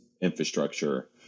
infrastructure